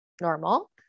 normal